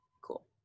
cool